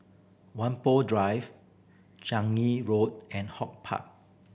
Whampoa Drive Changi Road and HortPark